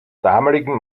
damaligen